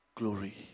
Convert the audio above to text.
Glory